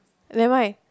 never mind